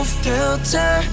filter